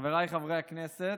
חבריי חברי הכנסת,